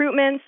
recruitments